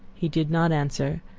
he did not answer,